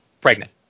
pregnant